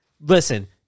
Listen